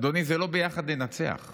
אדוני, זה לא "ביחד ננצח";